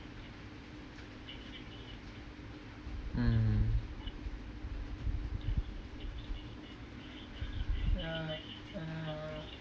mm) ya ya